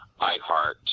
iHeart